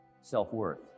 self-worth